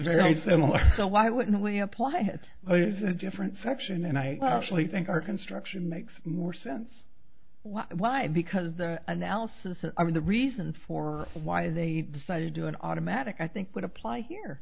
very similar so why wouldn't we apply it as a different section and i actually think our construction makes more sense why because the analysis of the reason for why they decided to an automatic i think would apply here